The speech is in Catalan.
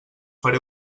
faré